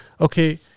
okay